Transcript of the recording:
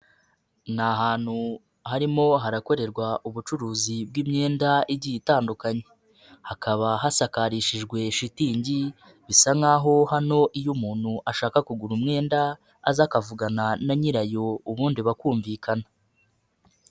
Ni ahantu harimo harakorerwa ubucuruzi bw'imyenda igiye itandukanye, hakaba hasakarishijwe shitingi bisa nkaho hano iyo umuntu ashaka kugura umwenda aza akavugana na nyirayo ubundi bakumvikana.